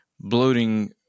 bloating